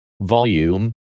Volume